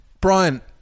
Brian